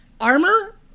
Armor